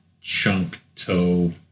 chunk-toe